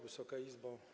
Wysoka Izbo!